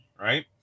right